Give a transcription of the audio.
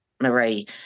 marie